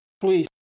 please